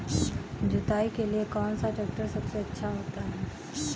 जुताई के लिए कौन सा ट्रैक्टर सबसे अच्छा होता है?